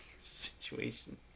situation